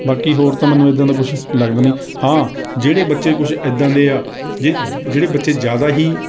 ਬਾਕੀ ਹੋਰ ਤਾਂ ਮੈਨੂੰ ਇੱਦਾਂ ਦਾ ਕੁਝ ਲੱਗਦਾ ਨਹੀਂ ਹਾਂ ਜਿਹੜੇ ਬੱਚੇ ਕੁਝ ਇੱਦਾਂ ਦੇ ਆ ਜਿਹੜੇ ਜਿਹੜੇ ਬੱਚੇ ਜ਼ਿਆਦਾ ਹੀ